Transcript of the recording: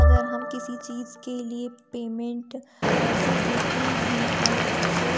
अगर हम किसी चीज़ के लिए पेमेंट पैसे देते हैं और उससे